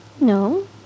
No